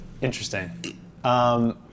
Interesting